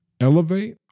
elevate